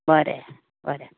बरें बरें